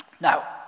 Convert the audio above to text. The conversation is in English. Now